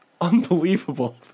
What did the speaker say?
unbelievable